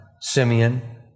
Simeon